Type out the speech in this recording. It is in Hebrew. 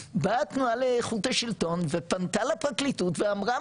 באה התנועה לאיכות השלטון ופנתה לפרקליטות ואמרה,